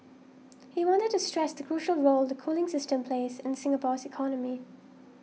he wanted to stress the crucial role the cooling system plays in Singapore's economy